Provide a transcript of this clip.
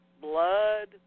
blood